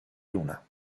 luna